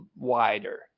wider